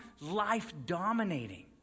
life-dominating